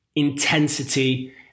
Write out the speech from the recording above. intensity